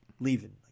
leaving